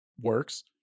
works